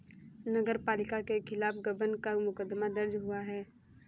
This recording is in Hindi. नगर पालिका के खिलाफ गबन का मुकदमा दर्ज हुआ है